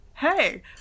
hey